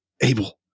Abel